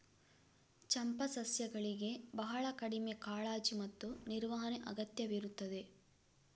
ಚಂಪಾ ಸಸ್ಯಗಳಿಗೆ ಬಹಳ ಕಡಿಮೆ ಕಾಳಜಿ ಮತ್ತು ನಿರ್ವಹಣೆ ಅಗತ್ಯವಿರುತ್ತದೆ